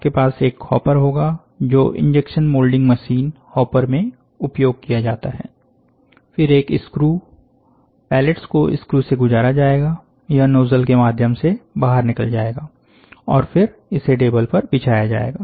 आपके पास एक हॉपर होगा जो इंजेक्शन मोल्डिंग मशीनहॉपर में उपयोग किया जाता है फिर एक स्क्रू पेलेट्स को स्क्रू से गुजारा जाएगा यह नोजल के माध्यम से बाहर निकल जाएगा और फिर इसे टेबल पर बिछाया जाएगा